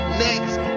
next